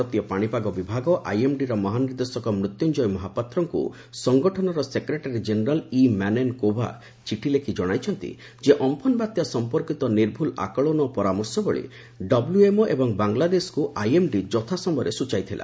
ଭାରତୀୟ ପାଶିପାଗ ବିଭାଗ ଆଇଏମ୍ଡିର ମହାନିର୍ଦ୍ଦେଶକ ମୃତ୍ୟୁଞ୍ଜୟ ମହାପାତ୍ରଙ୍କୁ ସଂଗଠନର ସେକ୍ରେଟେରୀ ଜେନେରାଲ୍ ଇ ମାନେନ୍ କୋଭା ଚିଠି ଲେଖି ଜଣାଯାଇଛନ୍ତି ଯେ ଅମ୍ପନ୍ ବାତ୍ୟା ସମ୍ପର୍କୀତ ନିର୍ଭୁଲ ଆକଳନ ଓ ପରାମର୍ଶବଳୀ ଡବ୍ଲ୍ୟଏମ୍ଓ ଏବଂ ବାଙ୍ଗଲାଦେଶକୁ ଆଇଏମ୍ଡି ଯଥା ସମୟରେ ସୂଚାଇ ଥିଲା